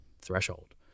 threshold